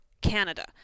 Canada